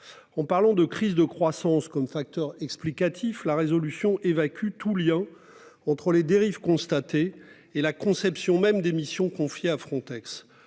En parlant de crise de croissance comme facteur explicatif la résolution évacue tout lien entre les dérives constatées et la conception même des missions confiées à Frontex.